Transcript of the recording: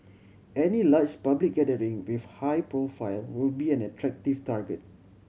any large public gathering with high profile will be an attractive target